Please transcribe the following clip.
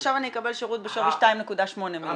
עכשיו אני אקבל שירות בשווי 2.8 מיליון.